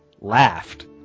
laughed